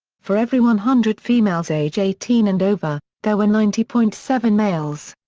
for every one hundred females age eighteen and over, there were ninety point seven males.